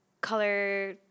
color